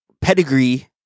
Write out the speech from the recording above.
pedigree